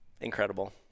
Incredible